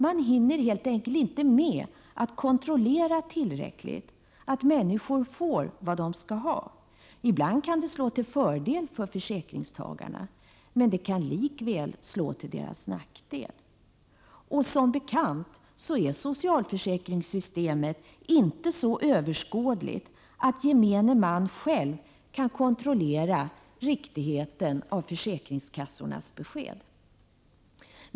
Man hinner helt enkelt inte med att kontrollera tillräckligt att människor får vad de skall ha. Ibland kan det slå till fördel för försäkringstagarna, men det kan lika väl slå till deras nackdel. Som bekant är socialförsäkringssystemet inte så överskådligt att gemene man själv kan kontrollera riktigheten av försäkringskassornas besked.